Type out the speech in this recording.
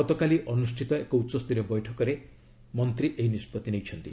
ଗତକାଲି ଅନୁଷ୍ଠିତ ଏକ ଉଚ୍ଚସରୀୟ ବୈଠକରେ ମନ୍ତ୍ରୀ ଏହି ନିଷ୍ପଭି ନେଇଛନ୍ତି